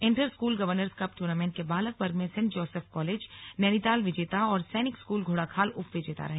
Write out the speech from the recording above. inter school governors cup tournament के बालक वर्ग में सेंट जोसेफ कालेज नैनीताल विजेता और सैनिक स्कूल घोड़ाखाल उपविजेता रहे